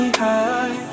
high